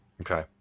Okay